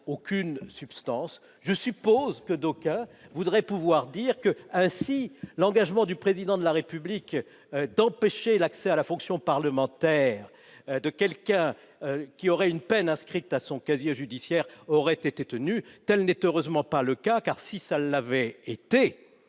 de substance. Je le suppose, d'aucuns voudraient pouvoir dire que, ainsi, l'engagement du Président de la République d'empêcher l'accès à la fonction parlementaire de quelqu'un ayant une peine inscrite à son casier judiciaire aura été tenu. Tel n'est heureusement pas le cas, car, si cela l'avait été,